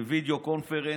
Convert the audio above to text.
עם וידיאו קונפרנס,